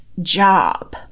job